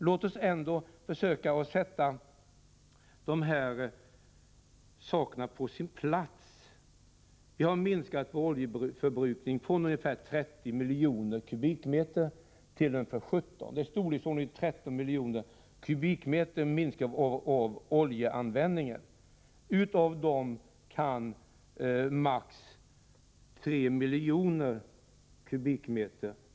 Låt oss ändå försöka sätta dessa saker på sin plats. Oljeförbrukningen har minskat, från ungefär 30 miljoner m? till ungefär 17 miljoner m?. Oljeförbrukningen har således minskat med ungefär 13 miljoner m?. Därav kan maximalt 3 miljoner m?